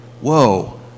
whoa